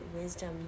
wisdom